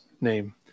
name